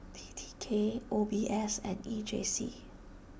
T T K O B S and E J C